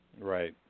Right